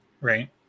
right